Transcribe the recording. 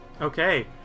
Okay